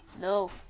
No